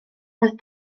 roedd